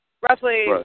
roughly